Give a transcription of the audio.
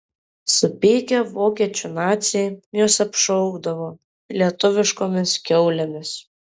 supykę vokiečių naciai juos apšaukdavo lietuviškomis kiaulėmis